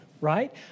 right